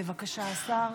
בבקשה, השר.